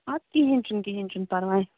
اَدٕ کِہیٖنۍ چھُنہٕ کِہیٖنۍ چھُنہٕ پرواے